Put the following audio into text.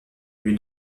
lui